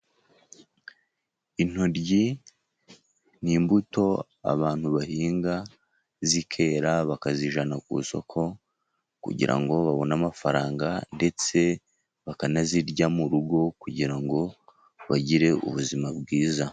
Intoryi ni imbuto abantu bahinga zikera bakazijyana ku isoko, kugira ngo babone amafaranga ndetse bakanazirya mu rugo ,kugira ngo bagire ubuzima bwiza.